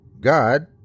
God